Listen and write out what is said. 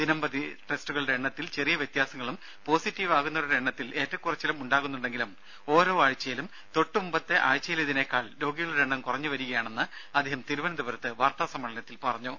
ദിനംപ്രതി ടെസ്റ്റുകളുടെ എണ്ണത്തിൽ ചെറിയ വ്യത്യാസങ്ങളും പോസിറ്റീവാകുന്നവരുടെ എണ്ണത്തിൽ ഏറ്റക്കുറച്ചിലും ഉണ്ടാകുന്നുണ്ടെങ്കിലും ഓരോ ആഴ്ചയിലും തൊട്ടുമുമ്പത്തെ ആഴ്ചയിലേതിനേക്കാൾ രോഗികളുടെ എണ്ണം കുറഞ്ഞു വരികയാണെന്ന് അദ്ദേഹം തിരുവനന്തപുരത്ത് വാർത്താ സമ്മേളനത്തിൽ പറഞ്ഞു